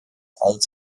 als